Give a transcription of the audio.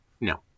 No